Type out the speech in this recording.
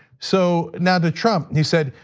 so, now to trump he said,